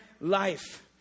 life